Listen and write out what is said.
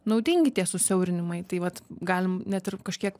naudingi tie susiaurinimai taip vat galim net ir kažkiek